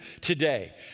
today